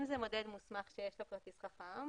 אם זה מודד מוסמך שיש לו כרטיס חכם,